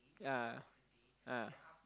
ah ah